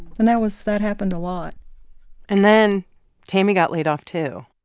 and that was that happened a lot and then tammy got laid off, too.